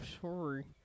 sorry